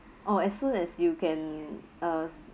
oh as soon as you can uh